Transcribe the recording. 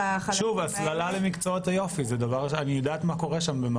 הסללה למקצועות היופי - אני יודעת מה קורה שם.